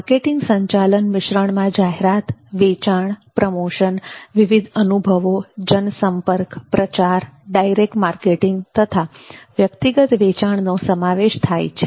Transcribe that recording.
marketing સંચાલન મિશ્રણમાં જાહેરાત વેચાણ પ્રમોશન વિવિધ અનુભવોજનસંપર્ક પ્રચાર ડાયરેક્ટ માર્કેટિંગ તથા વ્યક્તિગત વેચાણનો સમાવેશ થાય છે